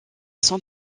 son